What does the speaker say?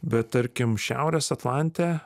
bet tarkim šiaurės atlante